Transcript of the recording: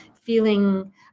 feeling